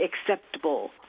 acceptable